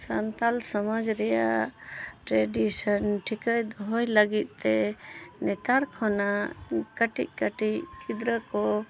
ᱥᱟᱱᱛᱟᱞ ᱥᱚᱢᱟᱡᱽ ᱨᱮᱭᱟᱜ ᱴᱨᱮᱰᱤᱥᱮᱱ ᱴᱷᱤᱠᱟᱹᱭ ᱫᱚᱦᱚᱭ ᱞᱟᱹᱜᱤᱫᱼᱛᱮ ᱱᱮᱛᱟᱨ ᱠᱷᱚᱱᱟᱜ ᱠᱟᱹᱴᱤᱡ ᱠᱟᱹᱴᱤᱡ ᱜᱤᱫᱽᱨᱟᱹ ᱠᱚ